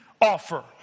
offer